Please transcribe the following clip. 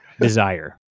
desire